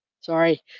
sorry